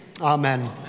amen